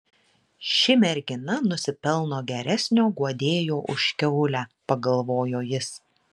ši mergina nusipelno geresnio guodėjo už kiaulę pagalvojo jis